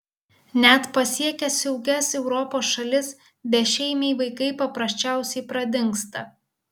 net pasiekę saugias europos šalis bešeimiai vaikai paprasčiausiai pradingsta